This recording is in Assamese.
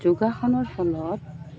যোগাসনৰ ফলত